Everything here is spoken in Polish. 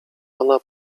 ona